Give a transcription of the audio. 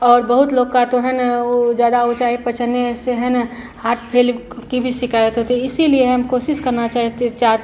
और बहुत लोग का तो है ना ऊ ज़्यादा ऊँचाई पर चढ़ने से है ना हार्ट फेल की भी शिकायत होती है इसीलिए हम कोशिश करना चाहते चाह